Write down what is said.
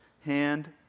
hand